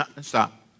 Stop